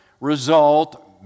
result